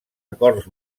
acords